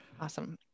Awesome